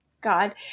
god